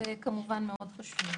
היא כמובן משמעותית.